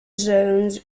zones